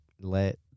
let